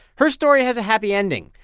her story has a happy ending.